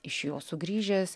iš jo sugrįžęs